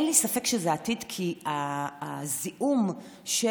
אין לי ספק שזה העתיד, כי הזיהום של